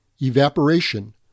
evaporation